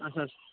اَدٕ حظ